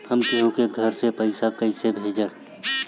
हम केहु के घर से पैसा कैइसे भेजम?